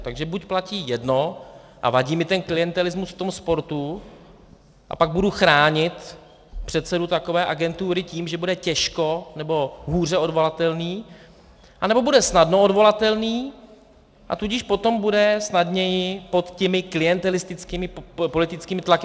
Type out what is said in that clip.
Takže buď platí jedno a vadí mi ten klientelismus v tom sportu, a pak budu chránit předsedu takové agentury tím, že bude těžko nebo hůře odvolatelný, anebo bude snadno odvolatelný, a tudíž potom bude snadněji pod těmi klientelistickými politickými tlaky.